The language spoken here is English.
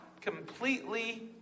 completely